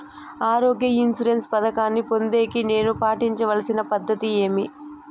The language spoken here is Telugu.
ఆరోగ్య ఇన్సూరెన్సు పథకాన్ని పొందేకి నేను పాటించాల్సిన పద్ధతి ఏమి?